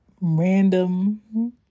Random